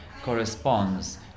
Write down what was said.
corresponds